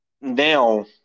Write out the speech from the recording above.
now